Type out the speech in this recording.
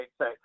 say